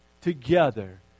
together